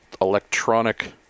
electronic